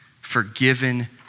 Forgiven